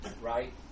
right